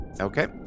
Okay